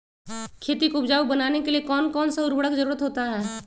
खेती को उपजाऊ बनाने के लिए कौन कौन सा उर्वरक जरुरत होता हैं?